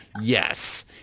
Yes